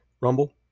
Rumble